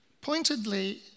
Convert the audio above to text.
Pointedly